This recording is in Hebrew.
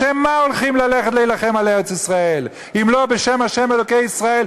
בשם מה הולכים להילחם על ארץ-ישראל אם לא בשם ה' אלוקי ישראל,